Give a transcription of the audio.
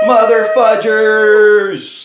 Motherfudgers